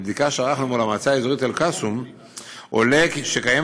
מבדיקה שערכנו מול המועצה האזורית אל-קסום עולה שקיימת